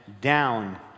down